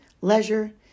leisure